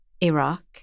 Iraq